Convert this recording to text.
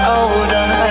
older